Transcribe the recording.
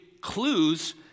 clues